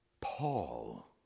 Paul